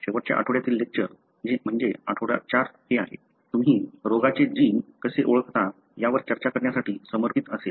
शेवटच्या आठवड्यातील लेक्चर आठवडा 4 हे तुम्ही रोगाचे जीन कसे ओळखता यावर चर्चा करण्यासाठी समर्पित असेल